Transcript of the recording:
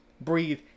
breathe